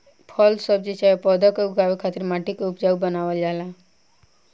फल सब्जी चाहे पौधा के उगावे खातिर माटी के उपजाऊ बनावल जाला